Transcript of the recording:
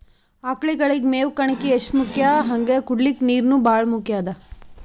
ಆಕಳಗಳಿಗ್ ಮೇವ್ ಕಣಕಿ ಎಷ್ಟ್ ಮುಖ್ಯ ಹಂಗೆ ಕುಡ್ಲಿಕ್ ನೀರ್ನೂ ಭಾಳ್ ಮುಖ್ಯ ಅದಾ